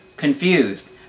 confused